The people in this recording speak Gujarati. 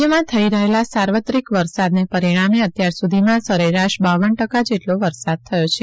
રાજ્યમાં થઈ રહેલા સાર્વત્રિક વરસાદને પરિણામે અત્યાર સુધીમાં સરેરાશ બાવન ટકા જેટલો વરસાદ થયો છે